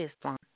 Islam